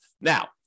Now